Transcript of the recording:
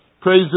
Praise